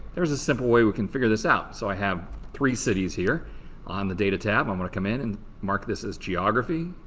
there's a simple way we can figure this out. so i have three cities here on the data tab. i'm going to come in and mark this as geography.